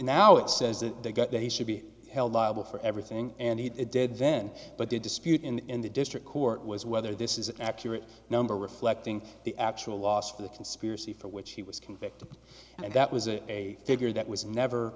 now it says that they got they should be held liable for everything and he did then but the dispute in the district court was whether this is an accurate number reflecting the actual loss of the conspiracy for which he was convicted and that was a figure that was never